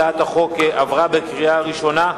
הצעת החוק עברה בקריאה ראשונה,